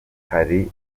hari